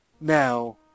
Now